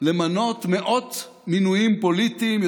למנות מאות מינויים פוליטיים,